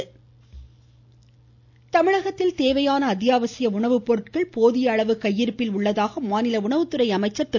காமராஜ் தமிழகத்தில் தேவையான அத்தியாவசிய உணவுப்பொருள்கள் போதிய அளவு கையிருப்பில் உள்ளதாக மாநில உணவுத்துறை அமைச்சர் திரு